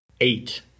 eight